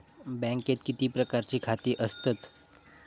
बँकेत किती प्रकारची खाती असतत?